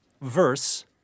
verse